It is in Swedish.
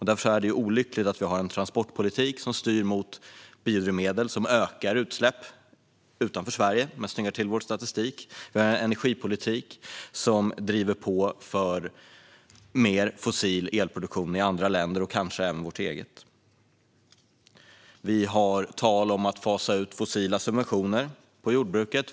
Därför är det olyckligt att vi har en transportpolitik som styr mot biodrivmedel, vilket ökar utsläppen utanför Sverige men snyggar till vår statistik. Vi har en energipolitik som driver på för mer fossil elproduktion i andra länder - och kanske även i vårt eget land. Det talas också om att fasa ut fossila subventioner i jordbruket.